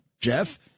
Jeff